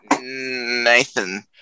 Nathan